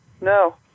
No